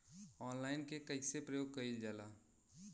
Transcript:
Online के कइसे प्रयोग कइल जाला?